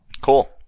Cool